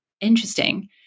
interesting